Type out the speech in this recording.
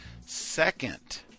Second